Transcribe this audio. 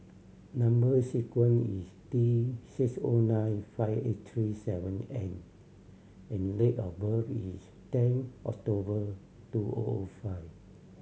number sequence is T six O nine five eight three seven N and date of birth is ten October two O O five